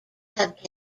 have